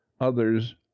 others